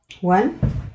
one